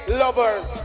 lovers